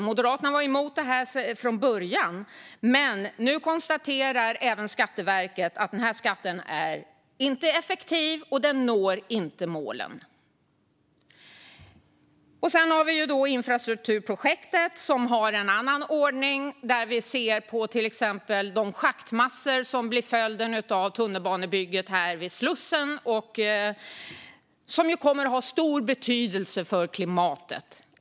Moderaterna var emot den skatten från början, men nu konstaterar även Skatteverket att skatten inte är effektiv och inte når målen. Sedan finns infrastrukturprojektet, som har en annan ordning. Vi ser exempelvis de schaktmassor som blir följden av tunnelbanebygget vid Slussen. De kommer att ha stor betydelse för klimatet.